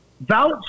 vouch